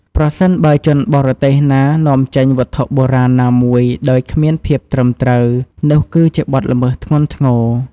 ប្រសិនបើជនបរទេសណានាំចេញវត្ថុបុរាណណាមួយដោយគ្មានភាពត្រឹមត្រូវ នោះគឺជាបទល្មើសធ្ងន់ធ្ងរ។